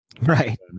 Right